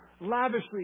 lavishly